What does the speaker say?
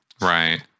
Right